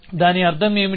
దాని అర్థం ఏమిటి